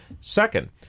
Second—